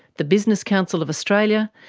the business council of australia,